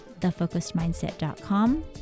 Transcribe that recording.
thefocusedmindset.com